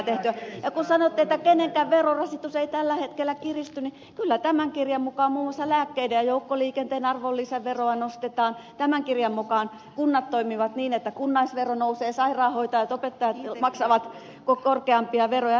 kun sanotte että kenenkään verorasitus ei tällä hetkellä kiristy niin kyllä tämän kirjan mukaan muun muassa lääkkeiden ja joukkoliikenteen arvonlisäveroa nostetaan tämän kirjan mukaan kunnat toimivat niin että kunnallisvero nousee sairaanhoitajat opettajat maksavat korkeampia veroja jnp